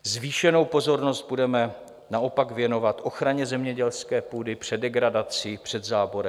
Zvýšenou pozornost budeme naopak věnovat ochraně zemědělské půdy před degradací, před záborem.